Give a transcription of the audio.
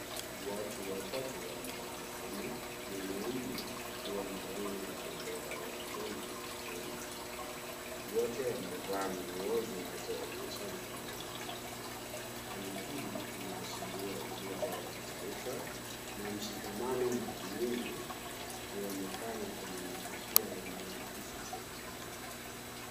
Watu watatu wanatabasamu, mwanaume akiwa na rangi za bendera ya Kenya usoni, wote wamevaa nguo zinazoonyesha uzalendo, Hali hii inashiria umoja wa kitaifa na mshikamano mara mingi huonekana kwenye matukio yanayohusu serikali.